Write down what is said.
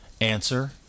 answer